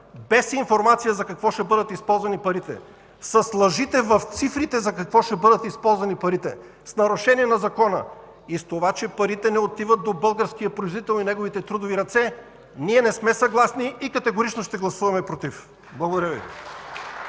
без информация за какво ще бъдат използвани парите, с лъжите в цифрите за какво ще бъдат използвани парите, в нарушение на закона и с това, че парите не отиват до българския производител и неговите трудови ръце, ние не сме съгласни и категорично ще гласуваме „против”! Благодаря Ви.